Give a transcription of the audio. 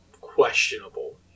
questionable